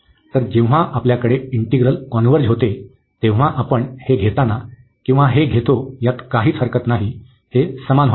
तर जेव्हा आपल्याकडे इंटिग्रल कॉन्व्हर्ज होते तेव्हा आपण हे घेताना किंवा हे घेतो यात काहीच हरकत नाही हे समान होईल